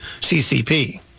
ccp